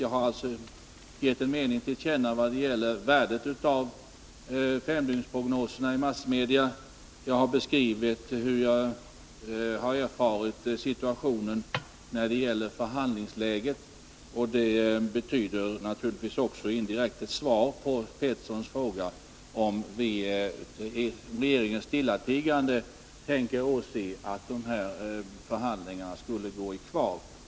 Jag har gett en mening till känna i vad gäller värdet av femdygnsprognoserna i massmedia, och jag har beskrivit hur jag har erfarit situationen när det gäller förhandlingsläget. Det betyder naturligtvis också indirekt ett svar på Lennart Petterssons fråga om regeringen har för avsikt att stillatigande åse om förhandlingarna skulle gå i kvav.